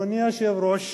אדוני היושב-ראש,